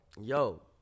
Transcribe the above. yo